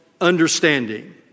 understanding